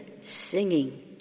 singing